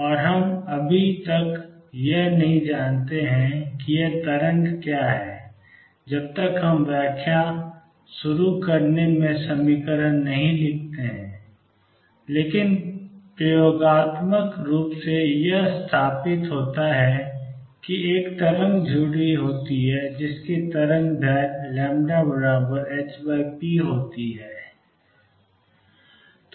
और हम अभी तक यह नहीं जानते हैं कि यह तरंग क्या है जब तक हम व्याख्या शुरू करने में समीकरण नहीं लिखते हैं लेकिन प्रयोगात्मक रूप से यह स्थापित होता है कि एक तरंग जुड़ी होती है जिसकी तरंगदैर्ध्य λ hp होती है